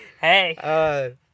Hey